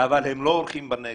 אבל הם לא אורחים בנגב,